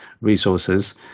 resources